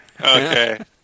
Okay